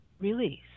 release